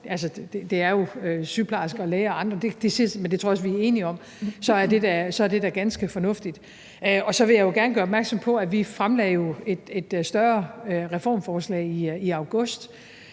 det er jo sygeplejersker og læger og andre, men det tror jeg også vi er enige om – så er det da ganske fornuftigt. Så vil jeg gerne gøre opmærksom på, at vi jo fremlagde et større reformforslag i august.